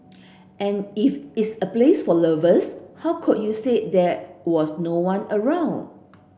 and if it's a place for lovers how could you say there was no one around